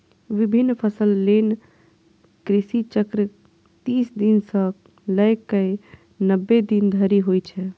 विभिन्न फसल लेल कृषि चक्र तीस दिन सं लए कए नब्बे दिन धरि होइ छै